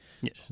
Yes